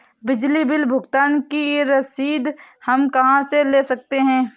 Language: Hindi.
बिजली बिल भुगतान की रसीद हम कहां से ले सकते हैं?